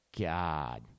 God